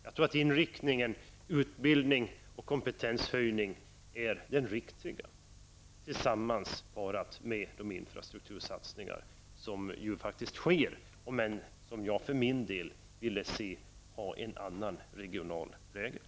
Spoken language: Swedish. Jag tror att inriktningen utbildning och kompetenshöjning är den riktiga, parad med de infrastruktursatsningar som faktiskt sker, även om jag för min del gärna skulle vilja se att de hade en annan regional prägel.